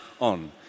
on